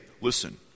listen